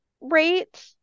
rate